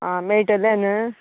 आं मेळटलें न्हू